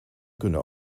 kunnen